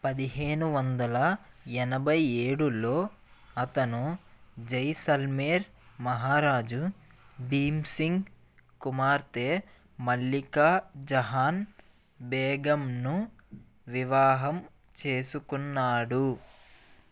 పదిహేను వందల ఎనభై ఏడులో అతను జైసల్మేర్ మహారాజు భీమ్ సింగ్ కుమార్తె మల్లికా జహాన్ బేగంను వివాహం చేసుకున్నాడు